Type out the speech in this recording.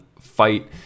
fight